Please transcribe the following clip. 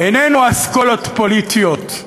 איננו אסכולות פוליטיות,